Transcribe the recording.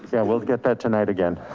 yeah, we'll get that tonight again.